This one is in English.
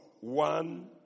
One